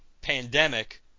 pandemic